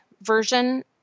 version